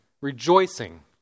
rejoicing